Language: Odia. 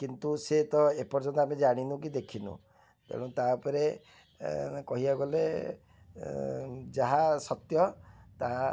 କିନ୍ତୁ ସେ ତ ଏପର୍ଯ୍ୟନ୍ତ ଆମେ ଜାଣିନୁ କି ଦେଖିନୁ ତେଣୁ ତା'ପରେ ମାନେ କହିବାକୁ ଗଲେ ଯାହା ସତ୍ୟ ତାହା